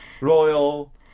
royal